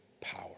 power